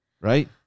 Right